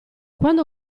quando